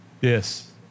Yes